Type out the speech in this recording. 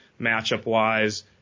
matchup-wise